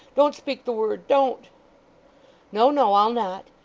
don't speak the word don't no, no, i'll not.